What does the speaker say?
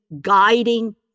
guiding